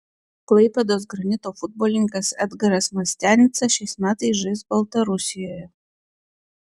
klaipėdos granito futbolininkas edgaras mastianica šiais metais žais baltarusijoje